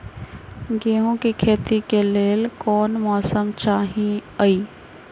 गेंहू के खेती के लेल कोन मौसम चाही अई?